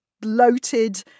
bloated